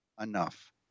Enough